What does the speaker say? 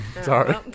Sorry